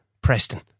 Preston